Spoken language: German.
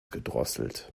gedrosselt